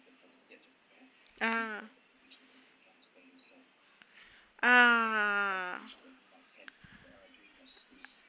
ah ah